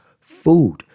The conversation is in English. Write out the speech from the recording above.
food